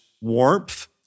warmth